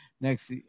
next